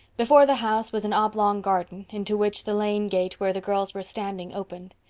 before the house was an oblong garden into which the lane gate where the girls were standing opened.